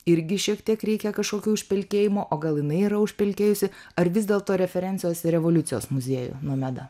irgi šiek tiek reikia kažkokių užpelkėjimo o gal jinai yra užpelkėjusi ar vis dėlto referencijos ir revoliucijos muziejų nomeda